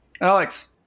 Alex